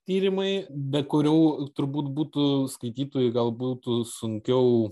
tyrimai be kurių turbūt būtų skaitytojui gal būtų sunkiau